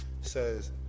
Says